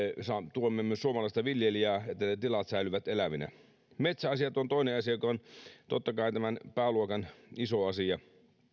tuemme myös suomalaista viljelijää että ne tilat säilyvät elävinä metsäasiat ovat toinen asia joka on totta kai tämän pääluokan iso asia